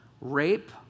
Rape